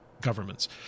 governments